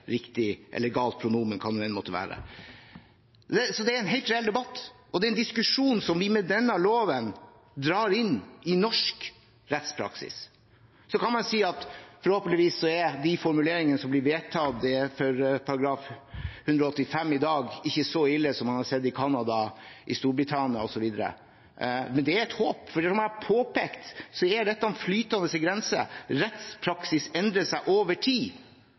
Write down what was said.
riktig eller galt pronomen – hva det enn måtte være. Det er en helt reell debatt, og det er en diskusjon som vi med denne loven drar inn i norsk rettspraksis. Så kan man si at de formuleringene som blir vedtatt for § 185 i dag, forhåpentligvis ikke er så ille som man har sett i Canada, Storbritannia osv. Det er et håp. For, som jeg har påpekt, dette er flytende grenser. Rettspraksis endrer seg over tid.